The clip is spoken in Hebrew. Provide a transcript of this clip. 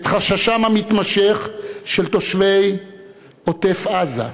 את חששם המתמשך של תושבי עוטף-עזה.